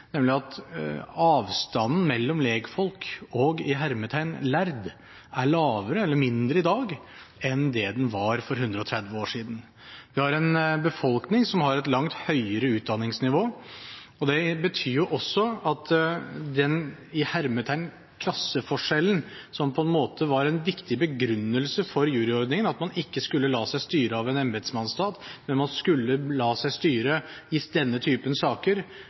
dag enn det den var for 130 år siden. Vi har en befolkning som har et langt høyere utdanningsnivå, og det betyr også at den «klasseforskjellen» som på en måte var en viktig begrunnelse for juryordningen, at man ikke skulle la seg styre av en embetsmannsstat, men i denne typen saker skulle